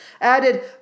added